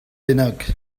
bennak